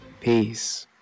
Peace